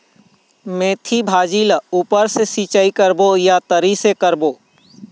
मेंथी भाजी ला ऊपर से सिचाई करबो या तरी से करबो?